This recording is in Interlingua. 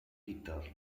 peter